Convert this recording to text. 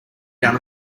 down